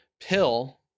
pill